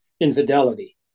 Infidelity